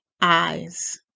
eyes